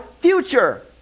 future